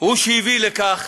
הוא שהביא לכך